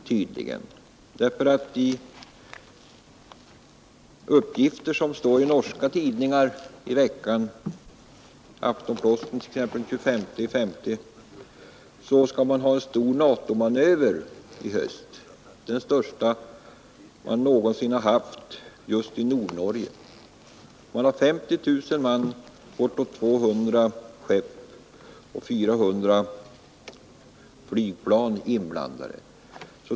Enligt uppgifter i norska tidningar under förra veckan — t.ex. i Aftenposten av den 25 maj — skall man i höst hålla en stor NATO-manöver, den största man någonsin haft just i Nordnorge, med 50 000 man, bortåt 200 fartyg och 400 flygplan.